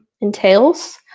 entails